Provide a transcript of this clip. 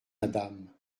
madame